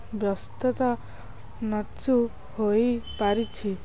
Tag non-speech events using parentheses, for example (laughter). ବ୍ୟସ୍ତତା (unintelligible) ହୋଇପାରିଛି